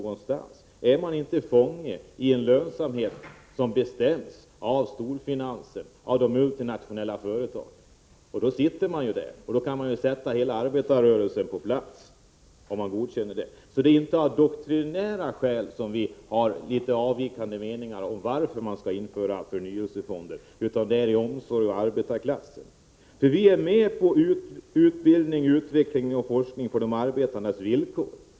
Blir inte socialdemokraterna i så fall fångar i ett lönsamhetstänkande som bestäms av storfinansen och de multinationella företagen? Om socialdemokraterna godkänner det lönsamhetstänkandet kan man sätta hela arbetarrörelsen på plats. Det är inte av doktrinära skäl som vi har litet avvikande meningar om varför det skall införas förnyelsefonder, utan det är av omsorg om arbetarklassen. Vi är med på utbildning, utveckling och forskning på de arbetandes villkor.